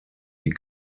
die